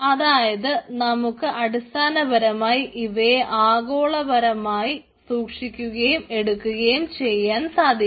അതായത് നമുക്ക് അടിസ്ഥാനപരമായി ഇവയെ ആഗോളപരമായി സൂക്ഷിക്കുകയും എടുക്കുകയും ചെയ്യാൻ സാധിക്കും